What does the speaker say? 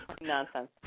nonsense